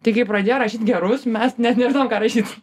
tai kai pradėjo rašyt gerus mes net nežinojom ką rašyt